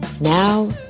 Now